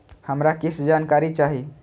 हमरा कीछ जानकारी चाही